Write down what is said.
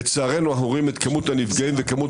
לצערנו אנחנו רואים את כמות הנפגעים ואת כמות